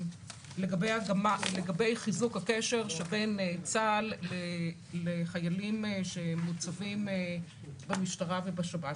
לגבי חיזוק הקשר שבין צה"ל לחיילים שמוצבים במשטרה ובשב"ס.